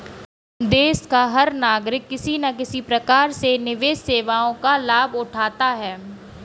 देश का हर नागरिक किसी न किसी प्रकार से निवेश सेवाओं का लाभ उठाता है